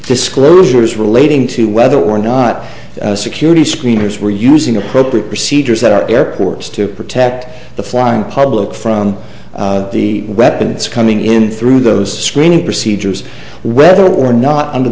disclosures relating to whether or not security screeners were using appropriate procedures that are airports to protect the flying public from the weapons coming in through those screening procedures whether or not under